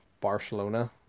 Barcelona